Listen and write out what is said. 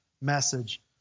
message